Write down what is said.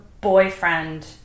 boyfriend